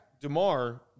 DeMar